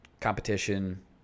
competition